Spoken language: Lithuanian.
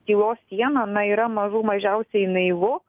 tylos siena na yra mažų mažiausiai naivu